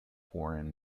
foreign